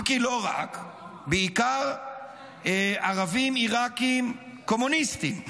אם כי לא רק, בעיקר ערבים עיראקים קומוניסטים.